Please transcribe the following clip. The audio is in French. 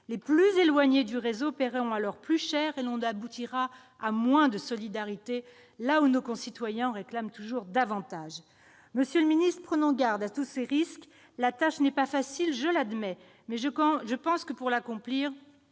les plus éloignés du réseau paieront alors plus cher, et l'on aboutira à moins de solidarité, là où nos concitoyens en réclament toujours davantage. Monsieur le ministre d'État, prenons garde à tous ces risques. La tâche n'est pas facile, je l'admets, mais je pense que, pour l'accomplir,